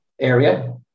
area